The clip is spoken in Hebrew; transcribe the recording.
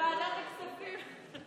לוועדת הכספים.